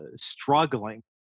struggling